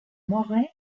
morin